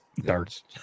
darts